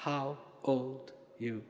how old you